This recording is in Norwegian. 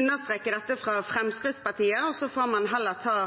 understreke dette fra Fremskrittspartiets side, og så får man heller ta